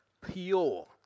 pure